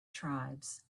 tribes